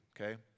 okay